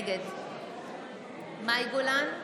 נגד מאי גולן,